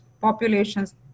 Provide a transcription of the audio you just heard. populations